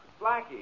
Blackie